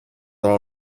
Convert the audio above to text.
all